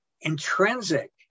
intrinsic